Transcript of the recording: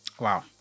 Wow